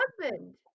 husband